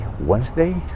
wednesday